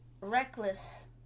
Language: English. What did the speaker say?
reckless